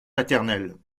maternelle